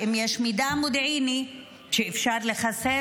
שאם יש מידע מודיעיני שאפשר לחסל,